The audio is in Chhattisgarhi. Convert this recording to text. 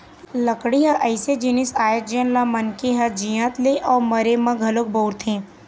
लकड़ी ह अइसन जिनिस आय जेन ल मनखे ह जियत ले अउ मरे म घलोक बउरथे